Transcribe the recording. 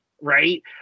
right